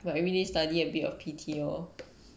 but everyday study a bit of P_T lor